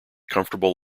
comfortable